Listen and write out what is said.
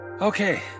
Okay